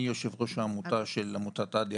אני יושב ראש העמותה של עמותת אדי,